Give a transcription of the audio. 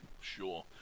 Sure